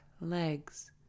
legs